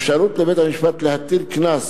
אפשרות לבית-המשפט להטיל קנס